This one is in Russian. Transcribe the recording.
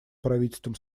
правительством